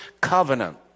covenant